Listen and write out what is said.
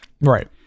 Right